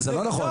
זה לא נכון.